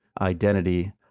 identity